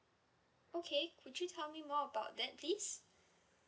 okay could you tell me more about that please